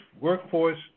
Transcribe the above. workforce